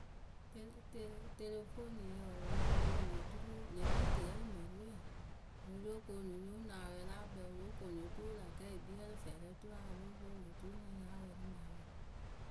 Te te telefoniyǝ wǝǝ wɨ lóo konu oturu pɨ le kpii tɨrɛ rɨ mǝrǝ we. Ŋ wɨ wǝj lóo koonu nyo nuŋ awɛ la akpɛɛ, wɨ lóo koonu o turu lä kɛɛ kpii ǝrɨ fɛɛrɛ oturu a ya lóo pwo ŋwɨ oturu nya nya wɛɛlɩ mɨ awɛ.